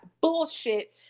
bullshit